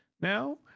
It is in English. now